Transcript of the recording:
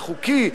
החוקי,